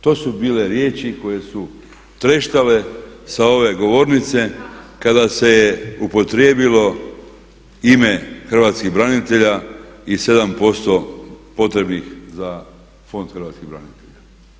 To su bile riječi koje su treštale sa ove govornice kada se je upotrijebilo ime hrvatskih branitelja i 7% potrebnih za Fond hrvatskih branitelja.